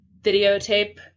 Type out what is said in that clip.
videotape